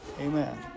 Amen